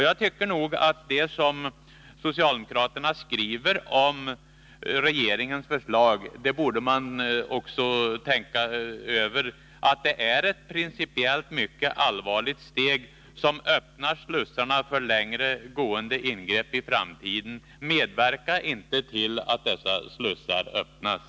Jag tycker att det som socialdemokraterna skriver om regeringens förslag borde man också tänka över — att det är ett principiellt mycket allvarligt steg, som gör att man öppnar slussar för längre gående ingrepp i framtiden. Medverka inte till att dessa slussar öppnas!